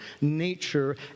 nature